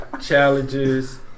challenges